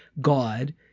God